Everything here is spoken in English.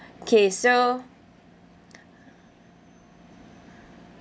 okay so